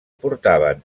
portaven